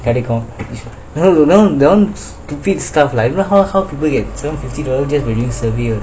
கிடைக்கும்:kidaikum stupid stuff like how how people get some fifty dollars by just doing survey only